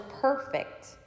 perfect